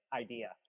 idea